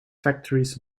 factories